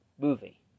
movie